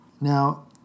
Now